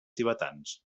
tibetans